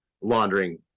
laundering